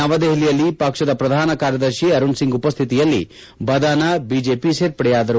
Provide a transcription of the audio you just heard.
ನವದೆಹಲಿಯಲ್ಲಿ ಪಕ್ಷದ ಪ್ರಧಾನ ಕಾರ್ಯದರ್ಶಿ ಅರುಣ್ ಸಿಂಗ್ ಉಪಶ್ಮಿತಿಯಲ್ಲಿ ಭಾದಾನ ಬಿಜೆಪಿ ಸೇರ್ಪಡೆಯಾದರು